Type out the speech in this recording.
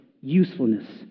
usefulness